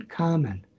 common